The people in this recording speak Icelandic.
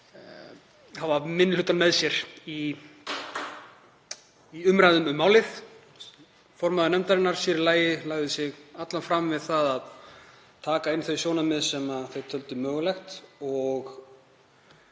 hafa minni hlutann með sér í umræðum um málið. Formaður nefndarinnar sér í lagi lagði sig allan fram við að taka inn þau sjónarmið sem þau töldu mögulegt að